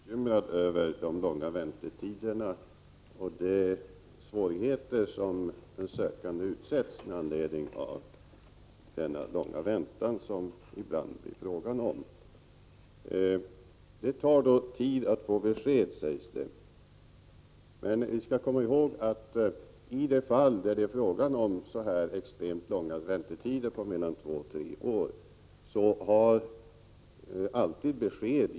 Herr talman! Även jag är djupt bekymrad över de långa väntetiderna och de svårigheter som den sökande av den anledningen ibland utsätts för. Det tar tid att få besked, sägs det. Vi skall emellertid komma ihåg att i de fall då det är fråga om extremt långa väntetider, mellan två och tre år, har det alltid givits besked.